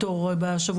ברגע